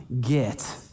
get